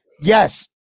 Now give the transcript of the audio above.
Yes